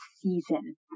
season